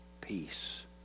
peace